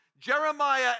Jeremiah